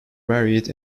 varied